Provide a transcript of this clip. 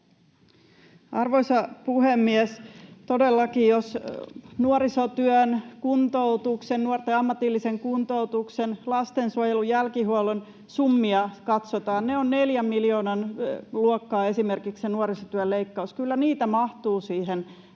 Arvoisa puhemies! Todellakin jos nuorisotyön, kuntoutuksen, nuorten ammatillisen kuntoutuksen, lastensuojelun jälkihuollon summia katsotaan, niin ne ovat neljän miljoonan luokkaa, esimerkiksi se nuorisotyön leikkaus. Kyllä niitä mahtuu siihen,